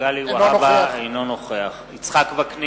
אינו נוכח יצחק וקנין,